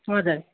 हजुर